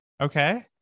Okay